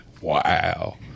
wow